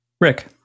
Rick